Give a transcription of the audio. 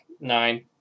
Nine